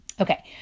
Okay